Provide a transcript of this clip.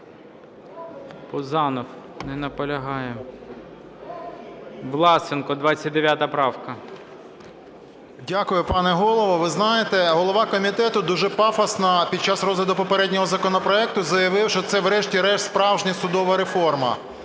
Пузанов. Не наполягає. Власенко, 29 правка. 11:19:15 ВЛАСЕНКО С.В. Дякую, пане Голово. Ви знаєте, голова комітету дуже пафосно під час розгляду попереднього законопроекту заявив, що це врешті-решт справжня судова реформа.